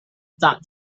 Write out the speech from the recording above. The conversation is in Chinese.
增长